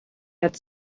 had